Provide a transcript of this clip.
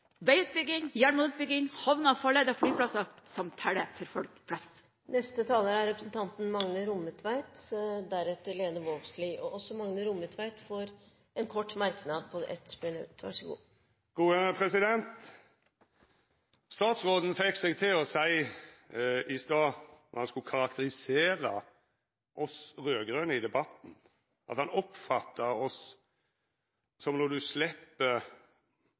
jernbaneutbygging, havner, farleder og flyplasser som teller for folk flest? Representanten Magne Rommetveit har hatt ordet to ganger tidligere og får ordet til en kort merknad, begrenset til 1 minutt. Statsråden fekk seg i stad til å seia – da han skulle karakterisera oss raud-grøne i debatten – at han oppfatta oss som når du